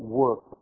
work